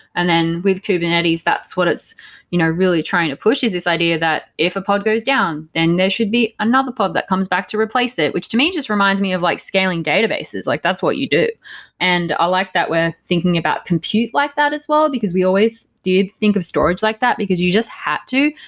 and then with kubernetes, that's what it's you know really trying to push is this idea that if a pod goes down, then there should be another pod that comes back to replace it, which to me just reminds me of like scaling databases. like that's what you do i and ah like that, we're thinking about compute like that as well, because we always did think of storage like that, because you just have to.